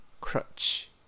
Crutch